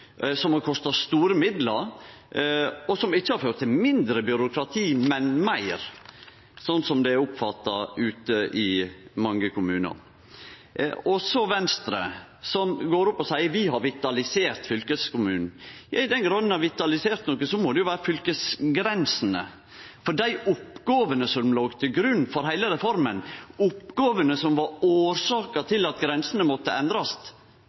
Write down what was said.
som har kosta store midlar, og som ikkje har ført til mindre byråkrati, men meir, sånn det er oppfatta ute i mange kommunar. Venstre går opp på talarstolen og seier at dei har vitalisert fylkeskommunen. I den grad ein har vitalisert noko, må det vere fylkesgrensene, for dei oppgåvene som låg til grunn for heile reforma, oppgåvene som var årsaka til at grensene måtte endrast,